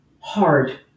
hard